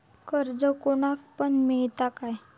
कर्ज कोणाक पण मेलता काय?